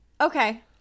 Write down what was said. Okay